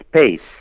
space